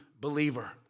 believer